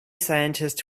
scientists